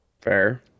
Fair